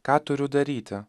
ką turiu daryti